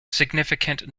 significant